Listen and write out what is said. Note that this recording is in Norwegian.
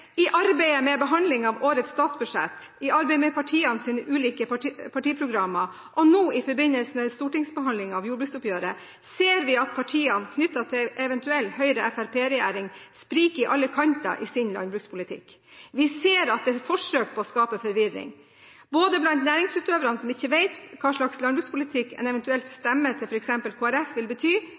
I arbeidet med behandlingen av årets statsbudsjett, i arbeidet med partienes ulike politiske programmer og nå i forbindelse med stortingsbehandlingen av jordbruksoppgjøret ser vi at partiene knyttet til en eventuell Høyre–Fremskrittsparti-regjering spriker til alle kanter i sin landbrukspolitikk. Vi ser at man forsøker å skape forvirring, både blant næringsutøvere som ikke vet hva slags landbrukspolitikk en eventuell stemme til f.eks. Kristelig Folkeparti vil bety,